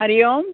Hari Om